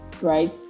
right